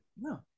No